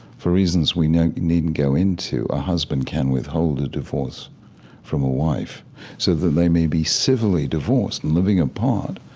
for reasons we needn't needn't go into, a husband can withhold a divorce from a wife so they may be civilly divorced and living apart,